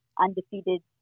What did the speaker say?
undefeated